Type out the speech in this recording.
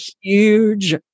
huge